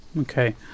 Okay